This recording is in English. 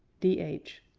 d h.